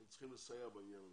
אתם צריכים לסייע בעניין הזה.